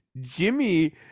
Jimmy